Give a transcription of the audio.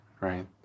Right